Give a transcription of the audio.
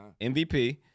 MVP